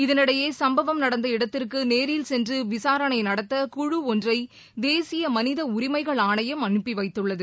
இதனிடையே சும்பவ நடந்த இடத்திற்கு நேரில் சென்று விசாரணை நடத்த குழு ஒன்றை தேசிய மனித உரிமைகள் ஆணையம் அனுப்பி வைத்துள்ளது